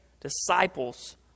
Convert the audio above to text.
disciples